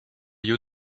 you